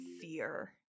fear